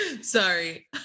Sorry